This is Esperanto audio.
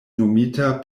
nomita